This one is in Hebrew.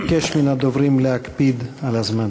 אבקש מהדוברים להקפיד על הזמן.